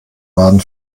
baden